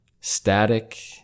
static